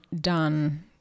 done